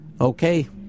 Okay